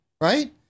Right